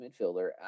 midfielder